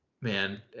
Man